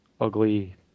ugly